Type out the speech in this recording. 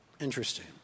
interesting